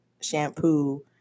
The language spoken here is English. shampoo